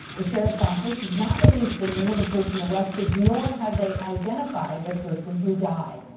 the sheriff's office is not released the name of the person arrested nor have they identified the person who died.